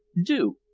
do.